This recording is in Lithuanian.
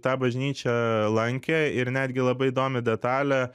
tą bažnyčią lankė ir netgi labai įdomi detalė